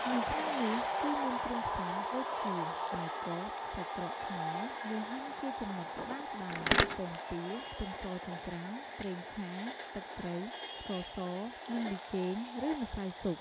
នៅក្នុងនោះ គឺមានគ្រឿងផ្សំដូចជា បាយកក សាច់ក្រកខ្មែរ យកហាន់ជាចំណិតស្តើងៗ ពងទា ខ្ទឹមសចិញ្ច្រាំ ប្រេងឆា ទឹកត្រី ស្ករស និង ប៊ីចេង ឬម្សៅស៊ុប។